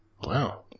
Wow